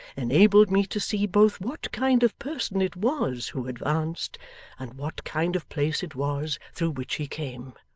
enabled me to see both what kind of person it was who advanced and what kind of place it was through which he came.